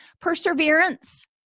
Perseverance